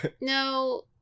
no